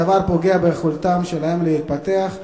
הדבר פוגע ביכולת שלהם להתפתח,